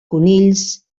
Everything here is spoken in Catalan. conills